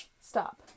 stop